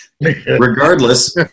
regardless